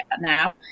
now